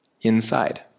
inside